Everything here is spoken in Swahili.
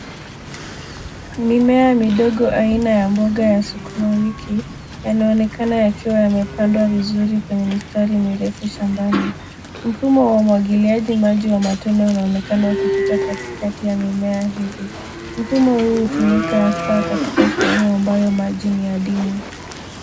Mimea midogo aina ya mboga ya sukuma wiki. Yanaonekana yakiwa yamepandwa vizuri kwenye mistari mirefu shambani. Mfumo wa umwagiliaji maji wa matone unaonekana ukipita katikati ya mimea hizi. Mfumo huu hutumika hasa katika sehemu ambayo maji ni yadimu.